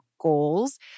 goals